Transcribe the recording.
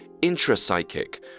intrapsychic